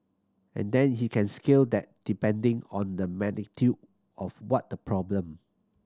and then he can scale that depending on the of what the problem